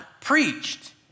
preached